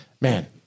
man